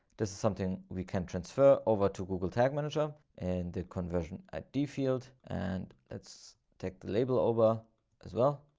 this is something we can transfer over to google tag manager and the conversion id field. and let's take the label over as well.